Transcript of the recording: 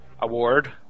award